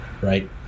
right